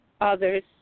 others